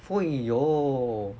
haiyo